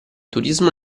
turismo